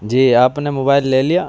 جی آپ نے موبائل لے لیا